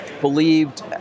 believed